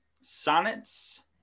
sonnets